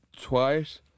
twice